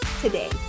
today